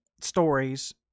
stories